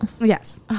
Yes